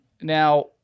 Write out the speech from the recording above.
now